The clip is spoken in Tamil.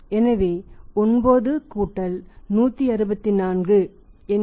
எனவே 9 164 என்ன